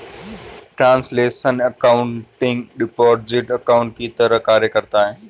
translational accounting deposit account की तरह कार्य करता है